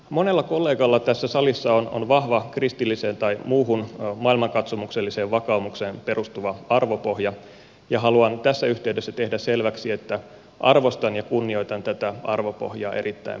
monella kollegalla tässä salissa on vahva kristilliseen tai muuhun maailmankatsomukselliseen vakaumukseen perustuva arvopohja ja haluan tässä yhteydessä tehdä selväksi että arvostan ja kunnioitan tätä arvopohjaa erittäin paljon